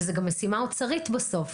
וזו גם משימה אוצרית בסוף,